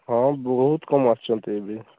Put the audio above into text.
ହଁ ବହୁତ କମ୍ ଆସୁଛନ୍ତି ଏବେ